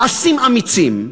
מעשים אמיצים,